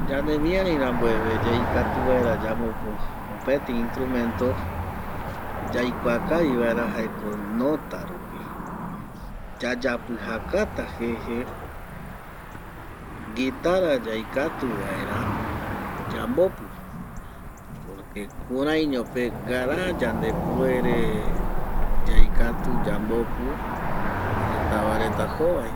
Ñanemiari rambueve yaikatu vaera yambopu mopeti instrumento yaikua kavi vaera jaeko nota rupi yayapɨjakata jeje, guitara yaikatu vaera yambopu porque kuraiño pe ngrara yandepuere yaikatu yambopu jeta va reta jovai